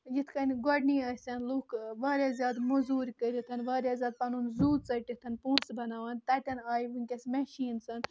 یِتھ کٔنۍ گۄڈٕنی ٲسین لُکھ واریاہ زیادٕ موٚضوٗرۍ کٔرِتھ واریاہ زیادٕ پَنُن زوٗ ژٕٹِتھ پونٛسہٕ بَناون تَتٮ۪ن آیہٕ وٕنکیٚس میشیٖنز